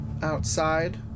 outside